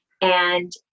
And-